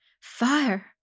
fire